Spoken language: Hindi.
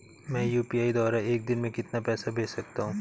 मैं यू.पी.आई द्वारा एक दिन में कितना पैसा भेज सकता हूँ?